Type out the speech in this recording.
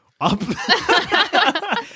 up